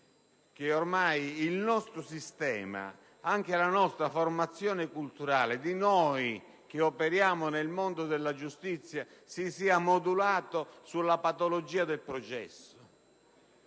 che il nostro sistema ed anche la formazione culturale di noi che operiamo nel mondo della giustizia si siano modulati sulla patologia del processo,